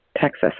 Texas